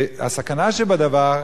הסכנה שבדבר,